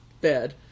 bed